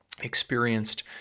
experienced